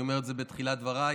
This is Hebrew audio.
אני אומר את זה בתחילת דבריי,